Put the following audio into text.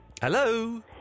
Hello